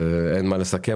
אין מה לסכם.